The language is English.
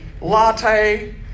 Latte